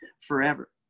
forever